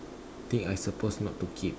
thing I supposed not to keep